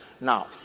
Now